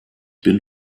bin